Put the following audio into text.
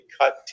cut